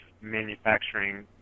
manufacturing